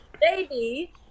Baby